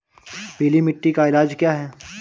पीली मिट्टी का इलाज क्या है?